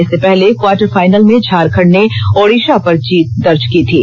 इससे पहले quarter final में झारखंड ने ओड़िशा पर जीत दर्ज की थीं